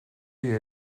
est